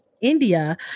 India